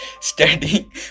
studying